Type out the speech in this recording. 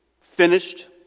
finished